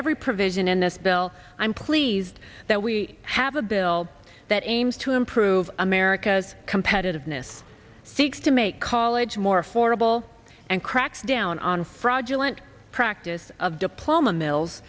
every provision in this bill i'm pleased that we have a bill that aims to improve america's competitiveness seeks to make college more affordable and cracks down on fraudulent practice of diploma mills